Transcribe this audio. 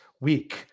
week